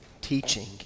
teaching